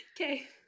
Okay